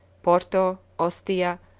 porto, ostia,